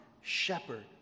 shepherd